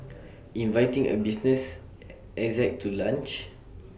inviting A business exec to lunch